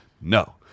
No